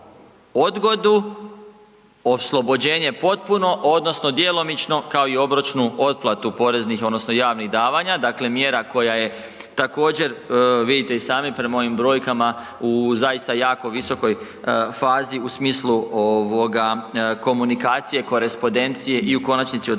odgodu, oslobođenje potpuno odnosno djelomično kao i obročnu otplatu poreznih odnosno javnih davanja. Dakle, mjera koja je također vidite i sami prema ovim brojkama u zaista jako visokoj fazi u smislu ovoga komunikacije, korespondencije i u konačnici odobravanja,